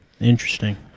Interesting